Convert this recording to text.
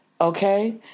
okay